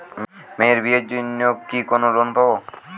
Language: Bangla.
মেয়ের বিয়ের জন্য কি কোন লোন পাব?